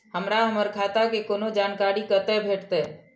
हमरा हमर खाता के कोनो जानकारी कतै भेटतै?